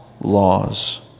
laws